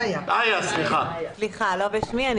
לא בשמי.